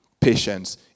Patience